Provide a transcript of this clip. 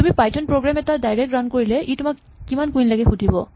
তুমি Python program এটা direct run কৰিলে ই তোমাক কিমান কুইন লাগে সুধিব